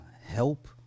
help